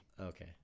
Okay